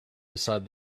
beside